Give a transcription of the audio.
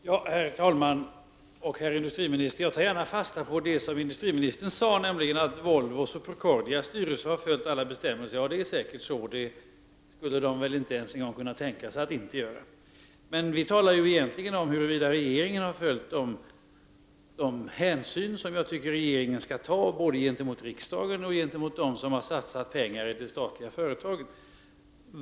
Herr talman! Jag tar gärna fasta på det industriministern sade, nämligen att Volvos och Procordias styrelser har följt alla bestämmelser. Det är säkert så. De skulle väl inte ens en gång tänka sig att inte göra det. Men vi talar egentligen om huruvida regeringen har tagit de hänsyn som jag tycker regeringen skall ta gentemot riksdagen och gentemot dem som har satsat pengar i de statliga företagen.